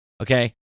Okay